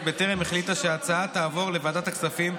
בטרם החליטה שההצעה תעבור לוועדת הכספים,